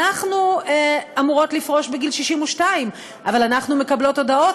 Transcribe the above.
אנחנו אמורות לפרוש בגיל 62 אבל אנחנו מקבלות הודעות